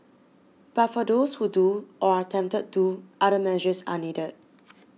but for those who do or are tempted do other measures are needed